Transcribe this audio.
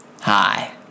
Hi